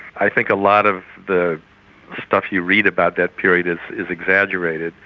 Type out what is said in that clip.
i think a lot of the stuff you read about that period is is exaggerated.